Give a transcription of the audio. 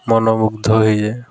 ମନମୁଗ୍ଧ ହୋଇଯାଏ